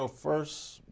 ah first,